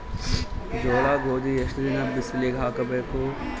ಜೋಳ ಗೋಧಿ ಎಷ್ಟ ದಿನ ಬಿಸಿಲಿಗೆ ಹಾಕ್ಬೇಕು?